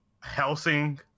Helsing